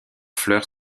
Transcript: fleurs